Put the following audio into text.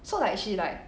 so like she like